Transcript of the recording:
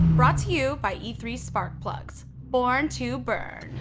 brought to you by e three spark plugs born to burn.